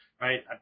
Right